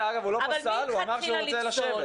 אבל לא לפסול מלכתחילה.